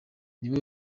nibo